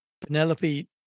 penelope